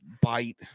bite